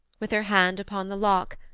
with her hand upon the lock,